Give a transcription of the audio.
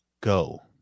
go